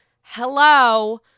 hello